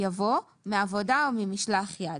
יבוא "מעבודה או ממשלח יד".